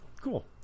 Cool